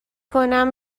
کنم